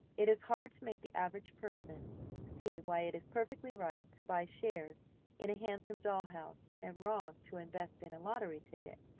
it is hard to make the average person see why it is perfectly right to buy shares in a handsome doll-house, and wrong to invest in a lottery ticket.